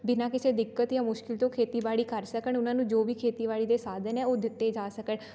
ਬਿਨਾਂ ਕਿਸੇ ਦਿੱਕਤ ਜਾਂ ਮੁਸ਼ਕਲ ਤੋਂ ਖੇਤੀਬਾੜੀ ਕਰ ਸਕਣ ਉਹਨਾਂ ਨੂੰ ਜੋ ਵੀ ਖੇਤੀਬਾੜੀ ਦੇ ਸਾਧਨ ਹੈ ਉਹ ਦਿੱਤੇ ਜਾ ਸਕਣ